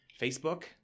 facebook